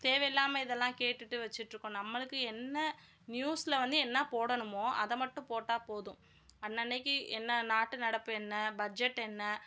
தேவை இல்லாமல் இதெல்லாம் கேட்டுட்டு வைச்சிட்ருக்கோம் நம்மளுக்கு என்ன நியூஸில் வந்து என்ன போடணுமோ அதை மட்டும் போட்டால் போதும் அன்னன்னைக்கு என்ன நாட்டு நடப்பு என்ன பட்ஜட் என்ன